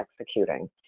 executing